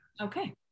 Okay